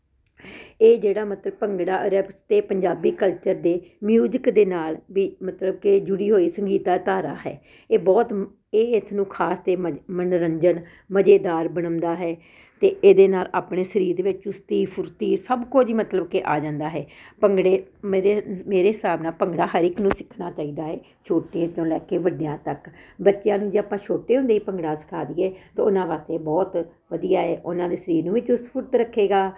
ਇਹ ਜਿਹੜਾ ਮਤਲਬ ਭੰਗੜਾ ਐਰੋਬਿਸ ਅਤੇ ਪੰਜਾਬੀ ਕਲਚਰ ਦੇ ਮਿਊਜਿਕ ਦੇ ਨਾਲ ਵੀ ਮਤਲਬ ਕਿ ਜੁੜੀ ਹੋਈ ਸੰਗੀਤ ਦਾ ਧਾਰਾ ਹੈ ਇਹ ਬਹੁਤ ਇਹ ਇਸ ਨੂੰ ਖਾਸ ਅਤੇ ਮਜ ਮੰਨੋਰੰਜਨ ਮਜ਼ੇਦਾਰ ਬਣਾਉਂਦਾ ਹੈ ਅਤੇ ਇਹਦੇ ਨਾਲ ਆਪਣੇ ਸਰੀਰ ਵਿੱਚ ਚੁਸਤੀ ਫੁਰਤੀ ਸਭ ਕੁਝ ਹੀ ਮਤਲਬ ਕਿ ਆ ਜਾਂਦਾ ਹੈ ਭੰਗੜੇ ਮੇਰੇ ਮੇਰੇ ਹਿਸਾਬ ਨਾਲ ਭੰਗੜਾ ਹਰ ਇੱਕ ਨੂੰ ਸਿੱਖਣਾ ਚਾਹੀਦਾ ਹੈ ਛੋਟਿਆਂ ਤੋਂ ਲੈ ਕੇ ਵੱਡਿਆ ਤੱਕ ਬੱਚਿਆਂ ਨੂੰ ਜੇ ਆਪਾਂ ਛੋਟੇ ਹੁੰਦੇ ਭੰਗੜਾ ਸਿਖਾ ਦੀਏ ਤਾਂ ਉਹਨਾਂ ਵਾਸਤੇ ਬਹੁਤ ਵਧੀਆ ਉਹਨਾਂ ਦੇ ਸਰੀਰ ਨੂੰ ਵੀ ਚੁਸਤ ਫੁਰਤ ਰੱਖੇਗਾ